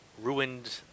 ruined